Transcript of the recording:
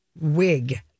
wig